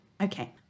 Okay